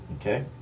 okay